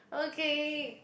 okay